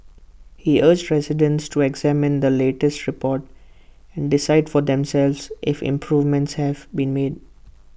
he urged residents to examine the latest report and decide for themselves if improvements have been made